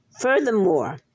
Furthermore